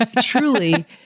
truly